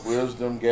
Wisdom